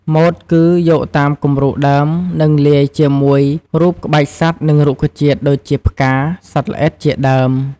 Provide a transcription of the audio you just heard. ម៉ូតគឺ យកតាមគំរូដើមនិងលាយជាមួយ រូបក្បាច់សត្វនិងរុក្ខជាតិដូចជាផ្កា សត្វល្អិត ជាដើម។